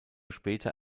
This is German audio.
später